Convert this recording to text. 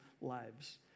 lives